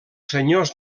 senyors